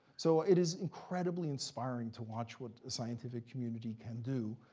so it is incredibly inspiring to watch what a scientific community can do.